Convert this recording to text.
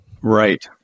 Right